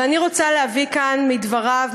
ואני רוצה להביא כאן מדבריו,